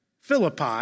Philippi